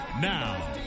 Now